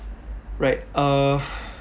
right uh